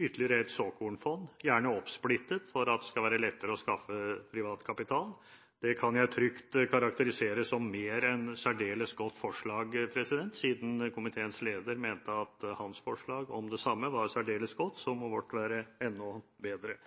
ytterligere et såkornfond, gjerne oppsplittet for at det skal være lettere å skaffe privat kapital. Det kan jeg trygt karakterisere som mer enn et særdeles godt forslag, siden komiteens leder mente at hans forslag om det samme var særdeles godt. Da må vårt være enda bedre!